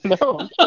No